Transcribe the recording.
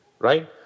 right